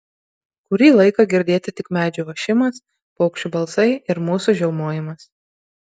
kurį laiką girdėti tik medžių ošimas paukščių balsai ir mūsų žiaumojimas